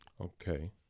okay